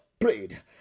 prayed